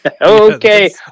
Okay